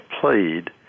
played